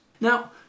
now